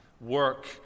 work